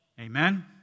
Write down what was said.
Amen